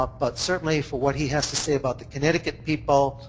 ah but certainly for what he has to say about the connecticut people,